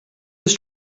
his